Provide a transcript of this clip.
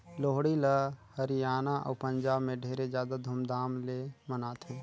लोहड़ी ल हरियाना अउ पंजाब में ढेरे जादा धूमधाम ले मनाथें